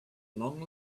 long